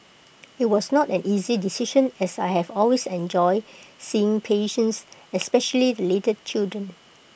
IT was not an easy decision as I have always enjoyed seeing patients especially the little children